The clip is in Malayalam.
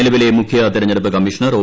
നിലവിലെ മുഖ്യ തിരഞ്ഞെടുപ്പ് കമ്മീഷണർ ഒ